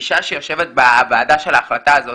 אישה שיושבת בוועדה של ההחלטה הזאת,